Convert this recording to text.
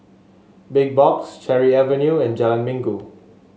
Big Box Cherry Avenue and Jalan Minggu